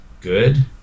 good